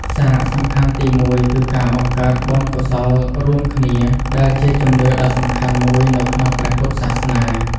សារៈសំខាន់ទីមួយគឺការបង្កើតបុណ្យកុសលរួមគ្នា ដែលជាជំនឿដ៏សំខាន់មួយនៅក្នុងព្រះពុទ្ធសាសនា។